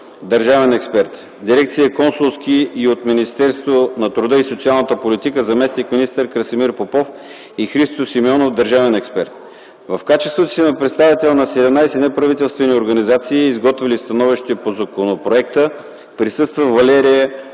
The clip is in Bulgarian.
държавен експерт, Дирекция "Консулски отношения"; и от Министерството на труда и социалната политика: заместник-министър Красимир Попов и Христо Симеонов – държавен експерт. В качеството си на представител на 17 неправителствени организации, изготвили становище по законопроекта, присъства Валерия